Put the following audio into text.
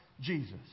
Jesus